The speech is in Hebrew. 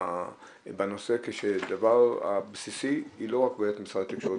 בנושא כשהדבר הבסיסי הוא לא רק --- משרד התקשורת,